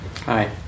Hi